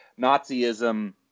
nazism